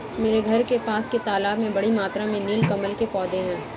मेरे घर के पास के तालाब में बड़ी मात्रा में नील कमल के पौधें हैं